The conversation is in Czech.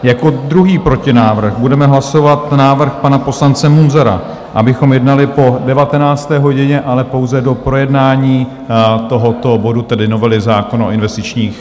Jako druhý protinávrh budeme hlasovat návrh pana poslance Munzara, abychom jednali po 19. hodině, ale pouze do projednání tohoto bodu, tedy novely zákona o investičních pobídkách.